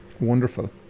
wonderful